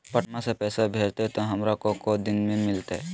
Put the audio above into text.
पटनमा से पैसबा भेजते तो हमारा को दिन मे मिलते?